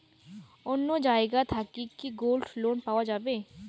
অন্য জায়গা থাকি কি গোল্ড লোন পাওয়া যাবে?